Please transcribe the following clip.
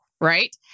Right